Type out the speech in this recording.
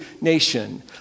nation